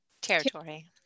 territory